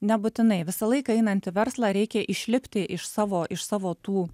nebūtinai visą laiką einantį verslą reikia išlipti iš savo iš savo tų